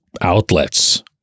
outlets